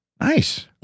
Nice